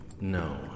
No